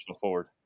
forward